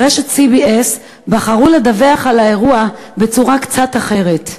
ברשת CBS בחרו לדווח על האירוע בצורה קצת אחרת,